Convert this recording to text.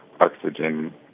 oxygen